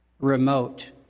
remote